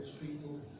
people